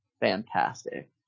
fantastic